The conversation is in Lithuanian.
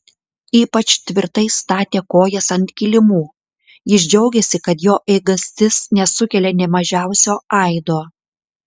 ypač tvirtai statė kojas ant kilimų jis džiaugėsi kad jo eigastis nesukelia nė mažiausio aido